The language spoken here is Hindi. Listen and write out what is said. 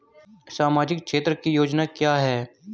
सामाजिक क्षेत्र की योजना क्या है?